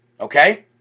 Okay